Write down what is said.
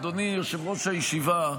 אולי אדוני יושב-ראש הישיבה,